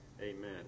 amen